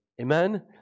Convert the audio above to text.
Amen